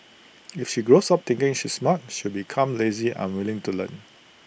if she grows up thinking she's smart she'll become lazy unwilling to learn